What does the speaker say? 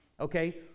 Okay